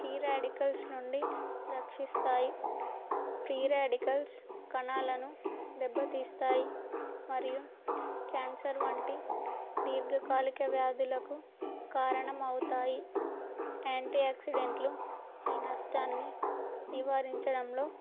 free radicals నుండి రక్షిస్తాయి free radicals కణాలను దెబ్బతీస్తాయి మరియు క్యాన్సర్ వంటి దీర్ఘకాలిక వ్యాధులకు కారణమవుతాయి యాంటీ యాక్సిడెంట్లు ఈ నష్టాన్ని నివారించడంలో